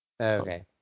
okay